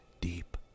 deep